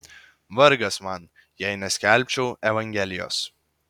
vargas man jei neskelbčiau evangelijos